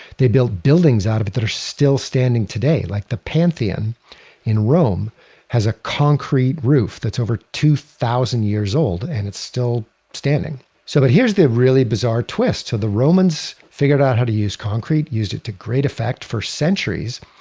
they built buildings out of it that are still standing today. like pantheon in rome has a concrete roof that's over two thousand years old. and it's still standing so but here's the really bizarre twist. so the romans figured out how to use concrete, used it to great effect for centuries.